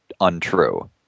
Untrue